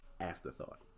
afterthought